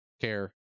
care